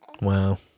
Wow